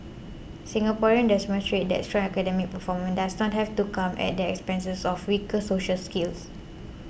Singapore demonstrates that strong academic performance does not have to come at the expenses of weaker social skills